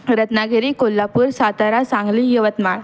Ratnagiri Kolhapur Satara Sangli Yavatmal